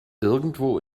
irgendwo